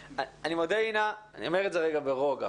אני מודה, אינה, אני אומר את זה רגע ברוגע.